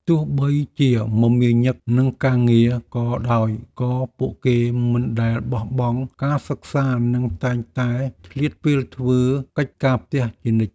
ទោះបីជាមមាញឹកនឹងការងារក៏ដោយក៏ពួកគេមិនដែលបោះបង់ការសិក្សានិងតែងតែឆ្លៀតពេលធ្វើកិច្ចការផ្ទះជានិច្ច។